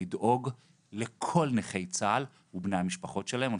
לדאוג לכל נכי צה"ל ובני המשפחות שלהם.